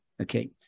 Okay